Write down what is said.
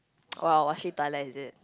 !wow! washing toilet is it